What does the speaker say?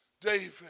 David